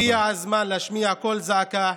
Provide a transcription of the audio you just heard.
הגיע הזמן להשמיע קול זעקה: